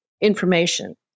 information